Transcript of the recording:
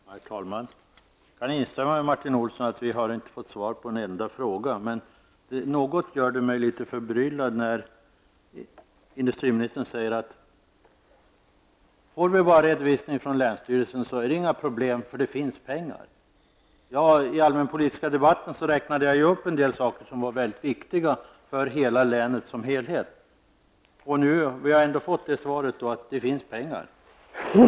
Herr talman! Jag kan instämma med Martin Olsson i att vi inte har fått svar på en enda fråga. Det gör mig något förbryllad när industriministern säger, att om vi bara får redovisning från länsstyrelsen, är det inga problem, eftersom det finns pengar. I den allmänpolitiska debatten räknade jag upp en del saker som är mycket viktiga för länet som helhet. Vi har nu fått svaret att det finns pengar.